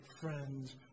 friends